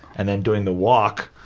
and then doing the walk,